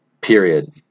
period